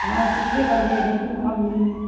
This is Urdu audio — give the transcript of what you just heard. ہاں پچھلی بار لے گئے تھے نا اب نہیں ہے